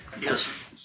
Yes